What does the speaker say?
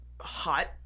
hot